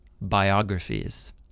biographies